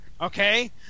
okay